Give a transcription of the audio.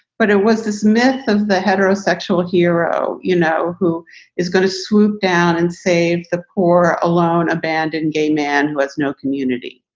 but it was this myth of the heterosexual hero, you know, who is going to swoop down and save the poor alone, abandoned gay man who has no community.